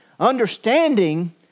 understanding